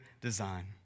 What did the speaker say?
design